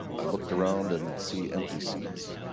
i looked around and see empty seats.